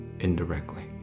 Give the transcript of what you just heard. indirectly